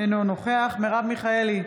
אינו נוכח מרב מיכאלי,